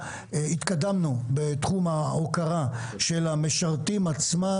התקדמנו בתחום ההוקרה של המשרתים עצמם,